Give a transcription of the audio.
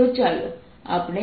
તો ચાલો આપણે